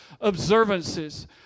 observances